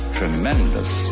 tremendous